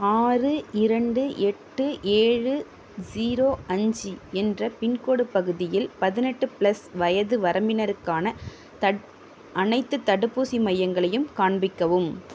ஆறு இரண்டு எட்டு ஏழு ஸீரோ அஞ்சு என்ற பின்கோடு பகுதியில் பதினெட்டு ப்ளஸ் வயது வரம்பினருக்கான தடு அனைத்துத் தடுப்பூசி மையங்களையும் காண்பிக்கவும்